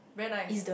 very nice